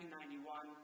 1991